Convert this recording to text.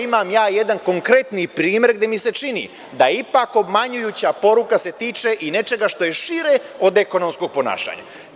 Imam jedan konkretni primer, gde mi se čini, da ipak obmanjujuća poruka se tiče i nečega što je šire od ekonomskog ponašanja.